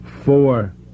four